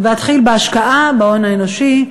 ואתחיל בהשקעה בהון האנושי,